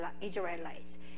Israelites